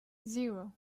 zero